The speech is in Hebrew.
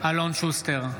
אלון שוסטר,